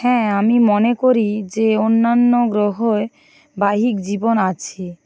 হ্যাঁ আমি মনে করি যে অন্যান্য গ্রহয় বাহিক জীবন আছে